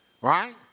right